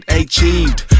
achieved